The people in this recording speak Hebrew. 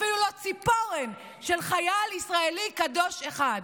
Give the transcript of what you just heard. אפילו לא ציפורן של חייל ישראלי קדוש אחד.